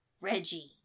Reggie